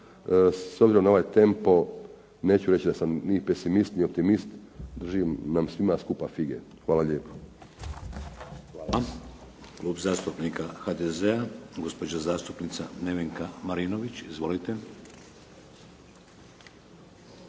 S obzirom na ovaj tempo, neću reći da sam ni pesimist ni optimist, držim nam svima skupa fige. Hvala lijepo. **Šeks, Vladimir (HDZ)** Hvala. Klub zastupnika HDZ-a, gospođa zastupnica Nevenka Marinović. Izvolite.